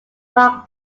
mark